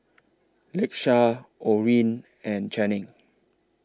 Lakesha Orene and Channing